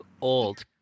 old